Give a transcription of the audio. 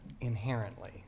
inherently